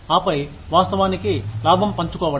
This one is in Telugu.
ఆపై వాస్తవానికి లాభం పంచుకోవడం